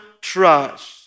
trust